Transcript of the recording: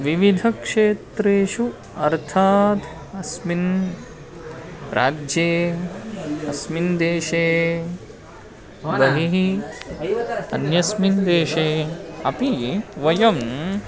विविधक्षेत्रेषु अर्थात् अस्मिन् राज्ये अस्मिन् देशे बहिः अन्यस्मिन् देशे अपि वयम्